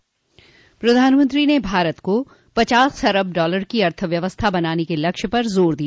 प्रधानमंत्री ने भारत को पचास खरब डालर की अर्थव्यवस्था बनाने के लक्ष्य पर जोर दिया